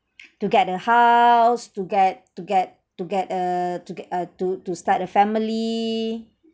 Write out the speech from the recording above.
to get a house to get to get to get err to get uh to to start a family